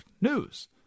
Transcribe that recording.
news